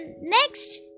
next